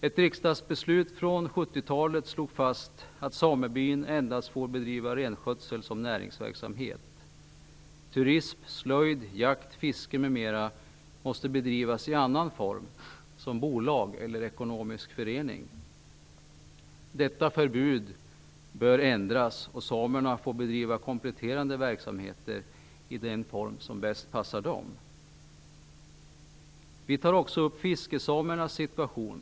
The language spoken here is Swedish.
Ett riksdagsbeslut från 70-talet slog fast att samebyn endast får bedriva renskötsel som näringsverksamhet. Turism, slöjd, jakt, fiske, m.m. måste bedrivas i annan form, som bolag eller ekonomisk förening. Detta förbud bör ändras och samerna bör få bedriva kompletterande verksamheter i den form som bäst passar dem. Vi tar också upp fiskesamernas situation.